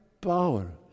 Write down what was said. power